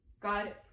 God